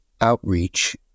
outreach